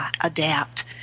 adapt